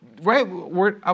right